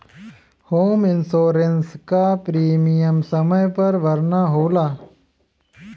home insurance क premium समय पर भरना होला